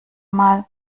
mal